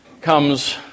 comes